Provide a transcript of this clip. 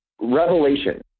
revelation